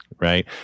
Right